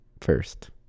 first